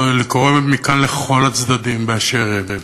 אני קורא מכאן לכל הצדדים באשר הם,